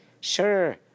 Sure